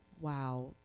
Wow